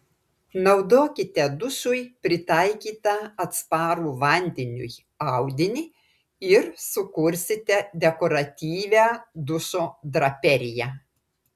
naudokite dušui pritaikytą atsparų vandeniui audinį ir sukursite dekoratyvią dušo draperiją